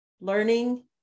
Learning